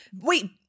Wait